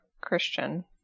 Christian